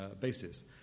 basis